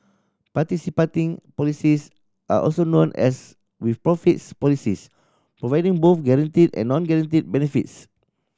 participating policies are also known as with profits policies providing both guaranteed and non guaranteed benefits